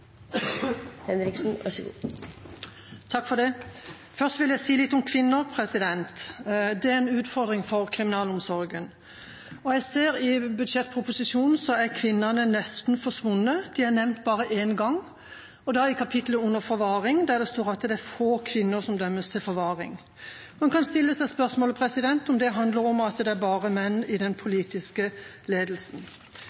en utfordring for kriminalomsorgen. Jeg ser at i budsjettproposisjonen er kvinnene nesten forsvunnet. De er nevnt bare én gang, og da under kapitlet som handler om forvaring, der det står at det er få kvinner som dømmes til forvaring. Man kan stille seg spørsmålet om hvorvidt dette handler om at det bare er menn i den